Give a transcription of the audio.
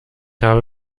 habe